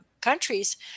countries